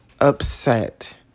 upset